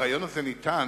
הרעיון הזה ניתן,